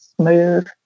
smooth